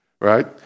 right